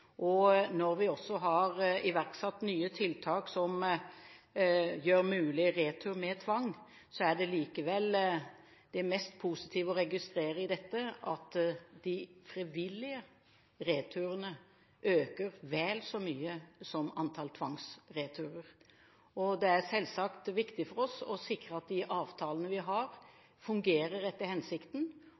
frivillig. Når vi også har iverksatt nye tiltak som gjør retur med tvang mulig, er likevel det mest positive i dette å registrere at de frivillige returene øker vel så mye som antall tvangsreturer. Det er selvsagt viktig for oss å sikre at de avtalene vi har, fungerer etter hensikten,